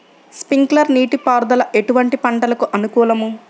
Sprinkler నీటిపారుదల ఎటువంటి పంటలకు అనుకూలము?